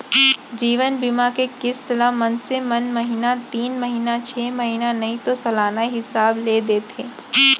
जीवन बीमा के किस्त ल मनसे मन महिना तीन महिना छै महिना नइ तो सलाना हिसाब ले देथे